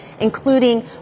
including